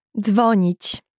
dzwonić